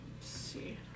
see